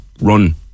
run